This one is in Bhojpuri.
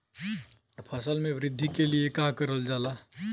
फसल मे वृद्धि के लिए का करल जाला?